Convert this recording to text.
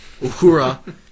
Uhura